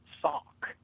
sock